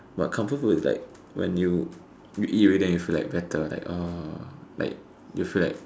but comfort food is like when you eat already then you feel like better